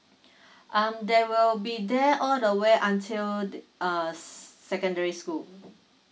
um they will be there all the way until uh secondary school